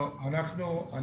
לא, אנחנו עמותה.